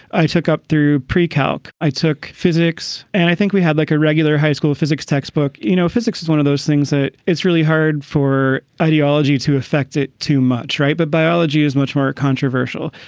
i took up through precalc. i took physics. and i think we had like a regular high school physics textbook. you know, physics one of those things that it's really hard for ideology to affect it too much. right. but biology is much more controversial.